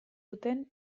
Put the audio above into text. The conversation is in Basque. duten